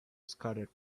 scattered